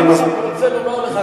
אני רוצה לומר לך,